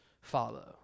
follow